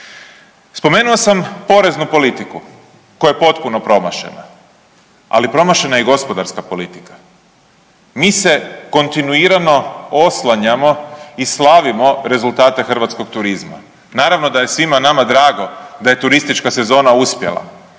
Spomenuo sam poreznu politiku koja je potpuno promašena. Ali promašena je i gospodarska politika. Mi se kontinuirano oslanjamo i slavimo rezultate hrvatskog turizma. Naravno da je svima nama drago da je turistička sezona uspjela,